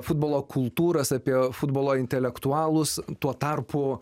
futbolo kultūros apie futbolo intelektualūs tuo tarpu